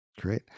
Great